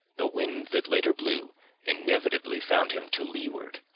the wind that later blew inevitably found him to leeward,